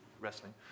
wrestling